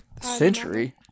century